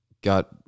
got